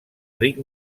ric